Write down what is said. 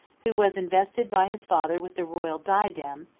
who was invested by his father with the royal diadem,